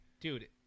dude